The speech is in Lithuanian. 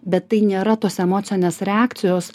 bet tai nėra tos emocinės reakcijos